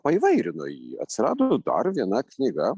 paįvairino jį atsirado dar viena knyga